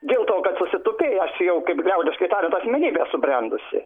dėl to kad susitupėjęs jau kaip liaudiškai tariant asmenybė subrendusi